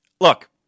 Look